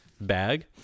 bag